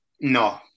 No